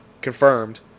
confirmed